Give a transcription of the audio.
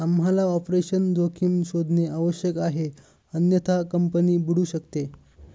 आम्हाला ऑपरेशनल जोखीम शोधणे आवश्यक आहे अन्यथा कंपनी बुडू शकते